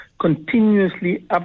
continuously